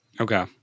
Okay